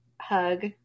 hug